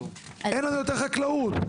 אין לנו יותר חקלאות.